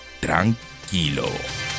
tranquilo